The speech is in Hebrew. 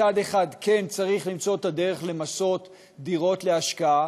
מצד אחד כן צריך למצוא את הדרך למסות דירות להשקעה,